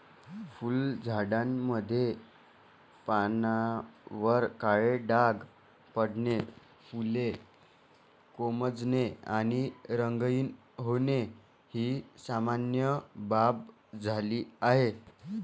फुलझाडांमध्ये पानांवर काळे डाग पडणे, फुले कोमेजणे आणि रंगहीन होणे ही सामान्य बाब झाली आहे